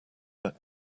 but